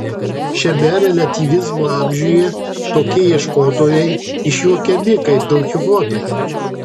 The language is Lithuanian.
šiame reliatyvizmo amžiuje tokie ieškotojai išjuokiami kaip don kichotai